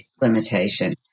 limitation